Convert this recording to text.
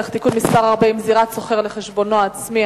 (תיקון מס' 40) (זירת סוחר לחשבונו העצמי),